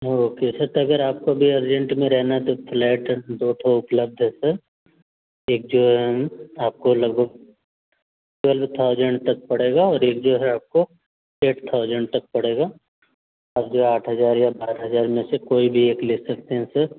okay sir तो अगर आपको भी अर्जेन्ट में रहना है तो फ्लैट दो ठो उपलब्ध है सर एक जो है आपको लगभग ट्वेल्व थाउजेंड तक पड़ेगा और एक जो है आपको एट थाउजेंड तक पड़ेगा आप जो आठ हज़ार या बारह हज़ार में से कोई भी एक ले सकते है सर